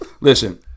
listen